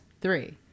three